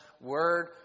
word